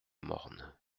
morne